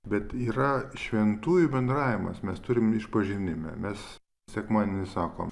bet yra šventųjų bendravimas mes turim išpažinime mes sekmadienį sakom